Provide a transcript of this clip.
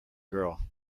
girl